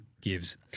gives